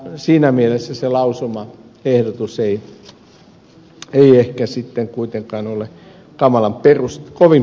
siinä mielessä se lausumaehdotus ei ehkä sitten kuitenkaan ole kovin perusteltu